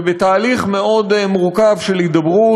ובתהליך מאוד מורכב של הידברות,